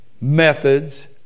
methods